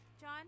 John